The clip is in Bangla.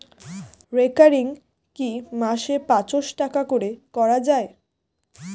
রেকারিং কি মাসে পাঁচশ টাকা করে করা যায়?